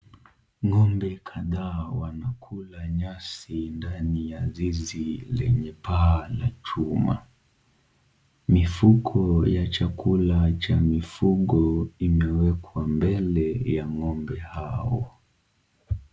Ng'ombe kadhaa wanakula nyasi ndani ya zizi lenye paa la chuma. Mifugo ya chakula cha mifugo imewekwa mbele ya ngombe hao.